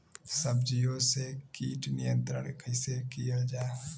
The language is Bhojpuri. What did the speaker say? सब्जियों से कीट नियंत्रण कइसे कियल जा?